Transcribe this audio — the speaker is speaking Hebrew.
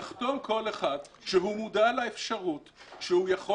יחתום כל אחד שהוא מודע לאפשרות שהוא יכול